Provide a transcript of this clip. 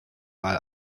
mal